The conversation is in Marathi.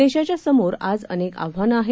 देशाच्या समोर आज अनेक आव्हान आहेत